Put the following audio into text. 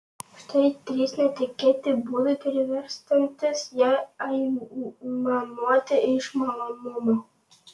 štai trys netikėti būdai priversiantys ją aimanuoti iš malonumo